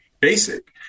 basic